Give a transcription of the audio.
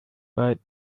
but